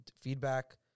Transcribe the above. feedback